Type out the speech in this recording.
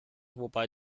wobei